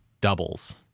doubles